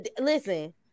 Listen